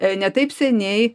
a ne taip seniai